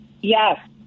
yes